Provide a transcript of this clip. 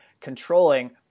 controlling